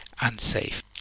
unsafe